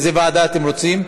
לאיזו ועדה אתם רוצים?